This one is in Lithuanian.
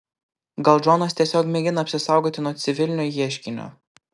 gal džonas tiesiog mėgina apsisaugoti nuo civilinio ieškinio